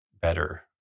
better